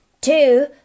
two